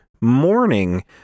morning